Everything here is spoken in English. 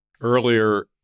Earlier